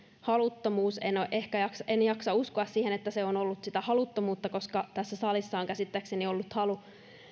haluttomuus en jaksa uskoa siihen että se on ollut haluttomuutta koska tässä salissa on käsittääkseni ollut halu